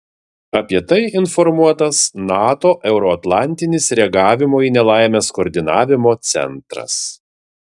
apie tai informuotas nato euroatlantinis reagavimo į nelaimes koordinavimo centras